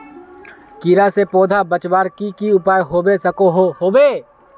कीड़ा से पौधा बचवार की की उपाय होबे सकोहो होबे?